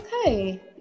Okay